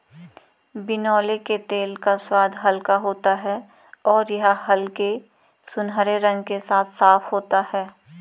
बिनौले के तेल का स्वाद हल्का होता है और यह हल्के सुनहरे रंग के साथ साफ होता है